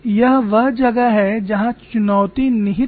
यह वह जगह है जहाँ चुनौती निहित है